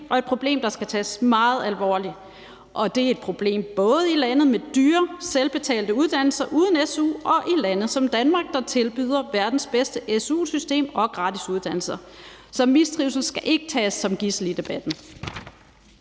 og et problem, der skal tages meget alvorligt. Og det er et problem både i lande med dyre, selvbetalte uddannelser uden su og i lande som Danmark, der tilbyder verdens bedste su-system og gratis uddannelser. Så mistrivsel skal ikke tages som gidsel i debatten.